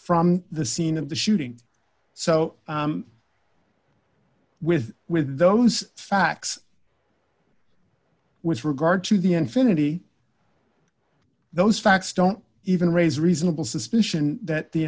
from the scene of the shooting so with with those facts with regard to the infinity those facts don't even raise reasonable suspicion that the